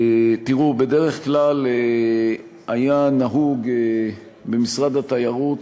תראו, בדרך כלל היה נהוג במשרד התיירות,